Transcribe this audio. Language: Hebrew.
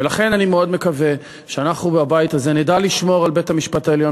ולכן אני מאוד מקווה שאנחנו בבית הזה נדע לשמור על בית-המשפט העליון.